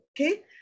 okay